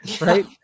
right